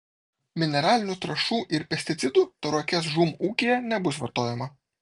mineralinių trąšų ir pesticidų tauragės žūm ūkyje nebus vartojama